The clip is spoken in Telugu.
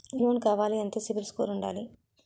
లోన్ కావాలి ఎంత సిబిల్ స్కోర్ ఉండాలి?